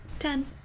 Ten